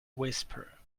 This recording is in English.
whisper